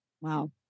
Wow